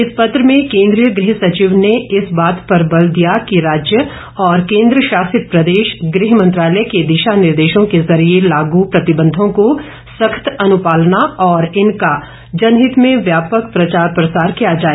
इस पत्र में केंद्रीय गृह सचिव ने इस बात पर बल दिया कि राज्य और केंद्र शासित प्रदेश गृह मंत्रालय के दिशा निर्देशों के जरिए लागू प्रतिबंधों की सख्त अनुपालना और इनका जनहित में व्यापक प्रचार प्रसार किया जाए